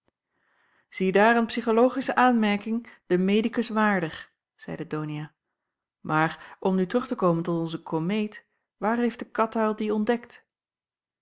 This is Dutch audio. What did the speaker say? ziedaar een psychologische aanmerking den medicus waardig zeide donia maar om nu terug te komen tot onze komeet waar heeft de katuil die ontdekt